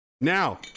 Now